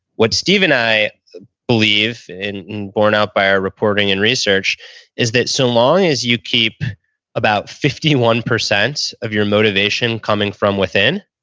what steve and i believe and born out by our reporting and research is that so long as you keep about fifty one percent of your motivation coming from within,